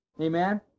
Amen